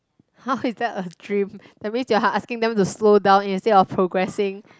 how is that a dream that means you are asking them to slow down instead of progressing